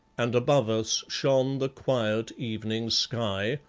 and above us shone the quiet evening sky,